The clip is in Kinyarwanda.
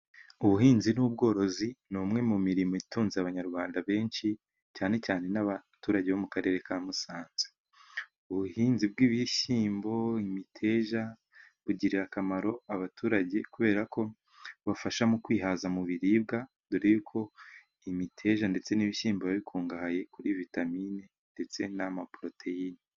Ubuhinzi n'ubworozi ni umwe mu mirimo itunze abanyarwanda benshi, cyane cyane n'abaturage bo mu karere ka Musanze. Ubuhinzi bw'ibishyimbo, imiteja, bugirira akamaro abaturage kubera ko bafasha mu kwihaza mu biribwa, dore yuko imiteja ndetse n'ibishyimbo biba bikungahaye kuri vitamine, ndetse n'amaporoteyine.